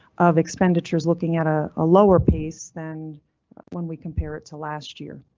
of expenditures looking at a ah lower pace than when we compare it to last year.